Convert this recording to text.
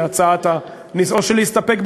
להסתפק,